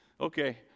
okay